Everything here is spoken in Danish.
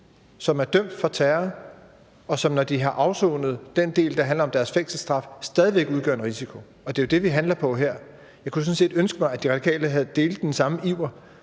som er dømt for terror, stadig væk udgør en risiko, når de har afsonet den del, der handler om deres fængselsstraf. Og det er jo det, vi handler på her. Så jeg kunne sådan set ønske mig, at De Radikale delte den samme iver